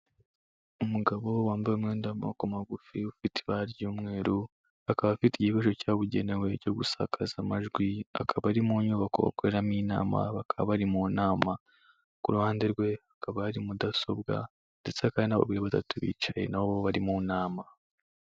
Umugabo wambaye umwenda w'amaboko magufi ufite ibara ry'umweru, akaba afite igikoresho cyabugenewe cyo gusakaza amajwi, akaba ari mu nyubako bakoreramo inama bakaba bari mu nama. Ku ruhande rwe hakaba hari mudasobwa ndetse hakaba hari n'abagore batatu biyicariye aho na bo bari mu nama.